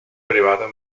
privado